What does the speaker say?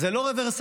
זה לא רוורסבילי.